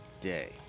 Day